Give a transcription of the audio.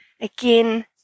again